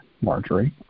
Marjorie